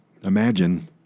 Imagine